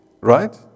Right